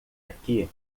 aqui